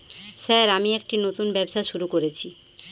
Sir আমি একটি নতুন ব্যবসা শুরু করেছি?